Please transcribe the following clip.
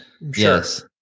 Yes